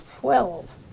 Twelve